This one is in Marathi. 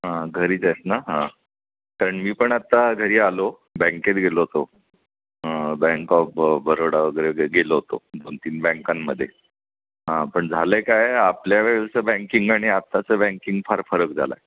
हां घरीच आहेस ना हां कारण मी पण आत्ता घरी आलो बँकेत गेलो होतो हां बँक ऑफ बरोडा वगैरे गेलो होतो दोन तीन बँकांमध्ये हां पण झालं आहे काय आपल्या वेळेचं बँकिंग आणि आत्ताचं बँकिंग फार फरक झालं आहे